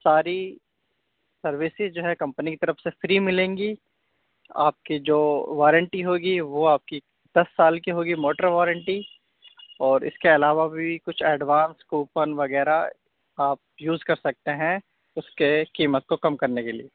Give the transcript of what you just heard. ساری سروسز جو ہے کمپنی کی طرف سے فری ملیں گی آپ کی جو وارنٹی ہوگی وہ آپ کی دس سال کی ہوگی موٹر وارنٹی اور اس کے علاوہ بھی کچھ ایڈوانس کوپن وغیرہ آپ یوز کر سکتے ہیں اس کی قیمت کو کم کرنے کے لیے